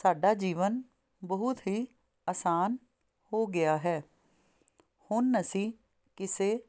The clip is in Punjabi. ਸਾਡਾ ਜੀਵਨ ਬਹੁਤ ਹੀ ਆਸਾਨ ਹੋ ਗਿਆ ਹੈ ਹੁਣ ਅਸੀਂ ਕਿਸੇ